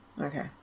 Okay